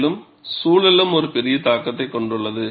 மேலும் சூழலும் ஒரு பெரிய தாக்கத்தை கொண்டுள்ளது